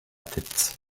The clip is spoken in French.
tête